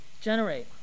generate